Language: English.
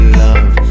love